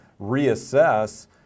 reassess